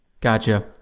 Gotcha